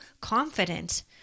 confident